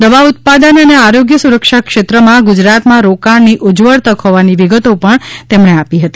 દવા ઉત્પાદન અને આરોગ્ય સુરક્ષા ક્ષેત્રમાં ગુજરાતમાં રોકાણની ઉજ્જવળ તક હોવાની વિગતો પણ તેમણે આપી હતી